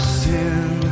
sin